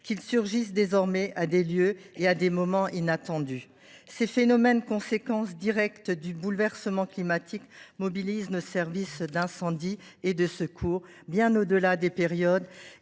ils surgissent désormais en des lieux et en des moments inattendus. Ces phénomènes, conséquence directe du bouleversement climatique, mobilisent nos services départementaux d’incendie et de secours bien au delà des périodes